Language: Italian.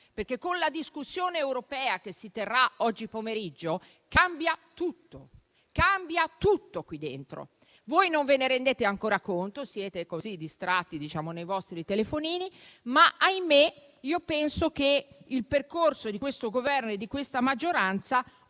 perché, con la discussione europea che si terrà oggi pomeriggio, cambia tutto qui dentro: voi non ve ne rendete ancora conto, siete distratti con i vostri telefonini, ma - ahimè - ho la sensazione che il percorso di questo Governo e di questa maggioranza